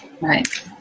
right